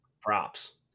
Props